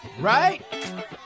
Right